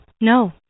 No